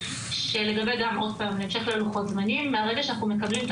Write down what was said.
לגבי לוחות הזמנים מהרגע שאנחנו מקבלים את